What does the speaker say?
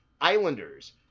Islanders